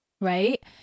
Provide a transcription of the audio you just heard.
Right